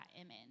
image